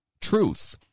Truth